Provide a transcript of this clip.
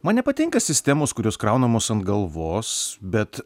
man nepatinka sistemos kurios kraunamos ant galvos bet